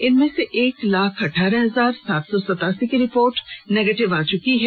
इनमें से एक लाख अठारह हजार सात सौ सतासी की रिपोर्ट निगेटिव आ चुकी है